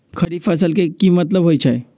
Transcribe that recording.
खरीफ फसल के की मतलब होइ छइ?